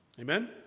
amen